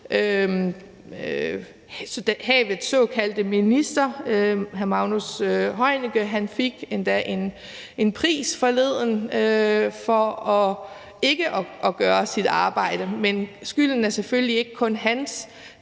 Havets såkaldte minister, hr. Magnus Heunicke, fik endda en pris forleden for ikke at gøre sit arbejde, men skylden er selvfølgelig ikke kun hans.